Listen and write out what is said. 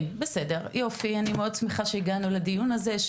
אני מאוד שמחה שהגענו לדיון הזה,